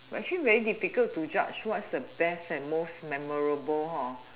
but actually very difficult to judge what's the best and most memorable hor